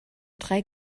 drei